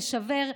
לשבר,